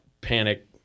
panic